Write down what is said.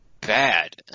bad